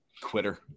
Quitter